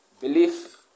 Belief